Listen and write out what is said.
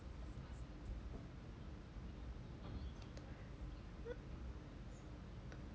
uh